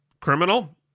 criminal